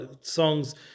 songs